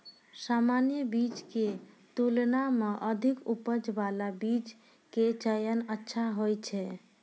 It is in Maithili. सामान्य बीज के तुलना मॅ अधिक उपज बाला बीज के चयन अच्छा होय छै